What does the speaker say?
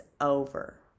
over